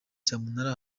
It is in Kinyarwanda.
cyamunara